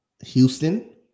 Houston